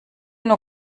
nur